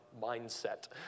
mindset